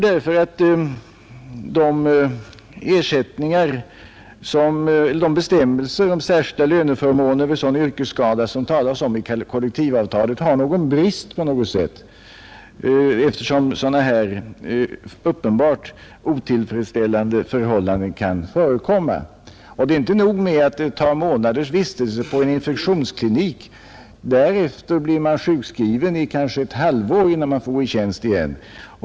De bestämmelser om särskilda löneförmåner vid sådan yrkesskada, som det stadgas om i kollektivavtalet, måste enligt min uppfattning vara behäftade med någon brist, eftersom sådana uppenbart otillfredsställande förhållanden kan förekomma. Det är inte heller nog med flera månaders vistelse på en infektionsklinik i ett fall som detta. Man blir därefter sjukskriven under kanske ett halvår innan man får gå i tjänst igen.